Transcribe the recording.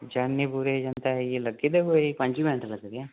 जानीपुर जंदे इ'यै लग्गी दे कोई पंजी मैंट्ट लगदे